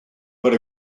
but